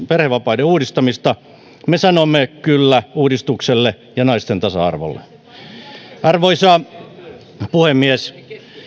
perhevapaiden uudistamista me sanomme kyllä uudistukselle ja naisten tasa arvolle arvoisa puhemies